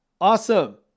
Awesome